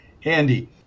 handy